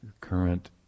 current